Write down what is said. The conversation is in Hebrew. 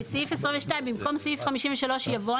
בסעיף (22) "במקום סעיף 53 יבוא ",